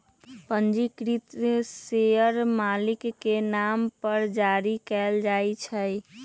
पंजीकृत शेयर मालिक के नाम पर जारी कयल जाइ छै